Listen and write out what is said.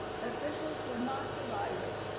officials were not provided,